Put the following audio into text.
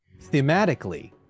Thematically